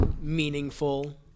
meaningful